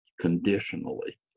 conditionally